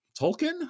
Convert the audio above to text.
Tolkien